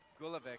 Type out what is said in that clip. Gulovic